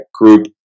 group